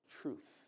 truth